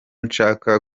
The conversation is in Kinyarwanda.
nshaka